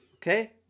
okay